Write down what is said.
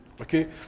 Okay